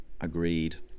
agreed